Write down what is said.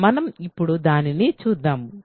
మనం ఇప్పుడు దానిని చూద్దాము